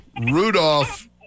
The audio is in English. Rudolph